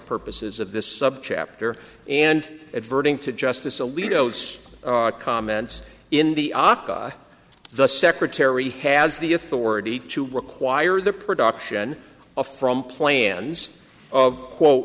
purposes of this subchapter and adverting to justice alito comments in the aka the secretary has the authority to require the production of from plans of quote